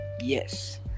Yes